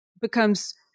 becomes